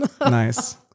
Nice